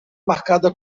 marcada